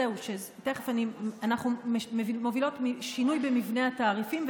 אנחנו מובילות שינוי במבנה התעריפים,